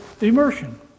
immersion